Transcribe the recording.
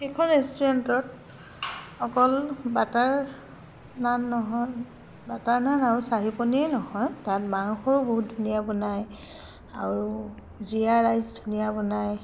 সেইখন ৰেষ্টুৰেণ্টত অকল বাটাৰ নান নহয় বাটাৰ নান আৰু চাহী পনীৰ নহয় তাত মাংসো বহুত ধুনীয়া বনায় আৰু জিৰা ৰাইচ ধুনীয়া বনায়